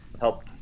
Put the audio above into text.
help